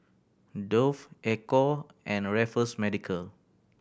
Dove Ecco and Raffles Medical